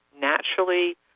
naturally